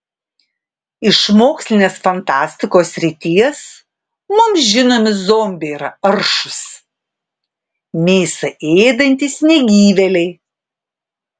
iš mokslinės fantastikos srities mums žinomi zombiai yra aršūs mėsą ėdantys negyvėliai